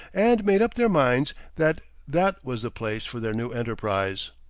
and made up their minds that that was the place for their new enterprise.